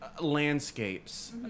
landscapes